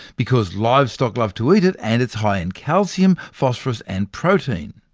because livestock love to eat it, and it's high in calcium, phosphorus and protein.